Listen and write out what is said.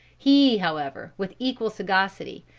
he however, with equal sagacity,